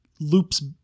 loops